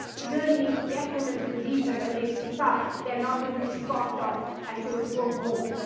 we really need to get women to believe that when they speak up, they are not going to be scoffed off and told to go home.